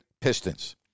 Pistons